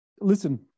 listen